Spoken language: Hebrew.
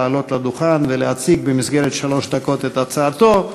לעלות לדוכן ולהציג במסגרת שלוש דקות את הצעתו,